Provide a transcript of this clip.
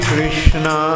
Krishna